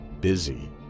busy